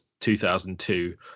2002